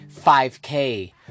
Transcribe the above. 5K